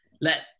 let